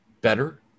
better